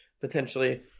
potentially